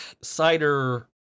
cider